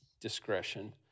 discretion